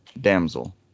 Damsel